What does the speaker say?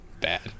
Bad